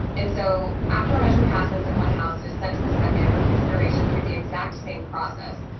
and so after a measure passes in one house, it is sent to the second for consideration through the exact same process.